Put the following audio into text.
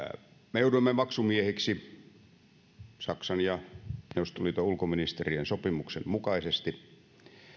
me jouduimme maksumiehiksi saksan ja neuvostoliiton ulkoministerien sopimuksen mukaisesti